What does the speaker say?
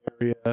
area